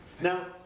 now